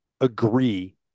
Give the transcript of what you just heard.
agree